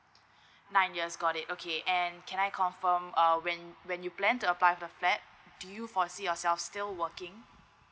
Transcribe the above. nine years got it okay and can I confirm err when when you plan to apply for the flat do you foresee yourself still working